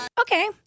Okay